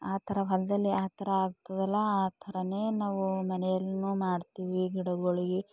ಆ ಥರ ಹೊಲದಲ್ಲಿ ಆ ತಥರ ಆಗ್ತದಲ್ಲ ಆ ಥರನೇ ನಾವು ಮನೆಯಲ್ಲಿನೂ ಮಾಡ್ತೀವಿ ಗಿಡಗಳಿಗೆ